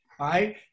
Right